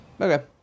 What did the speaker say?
Okay